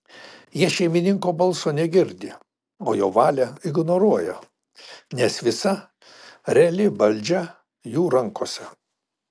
jie šeimininko balso negirdi o jo valią ignoruoja nes visa reali valdžia jų rankose